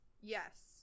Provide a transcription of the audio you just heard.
Yes